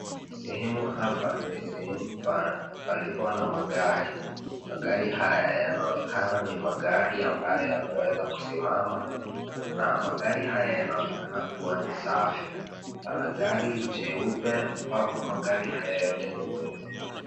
Sehemu hapa ni sehemu palipo na magari. Magari haya yanaonekana ni magari ambayo yameweza kusimama na magari haya yanaonekana kuwa ni safi. Pana gari jeupe ambapo magari haya yote ni meupe.